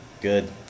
good